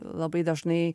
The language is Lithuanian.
labai dažnai